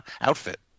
outfit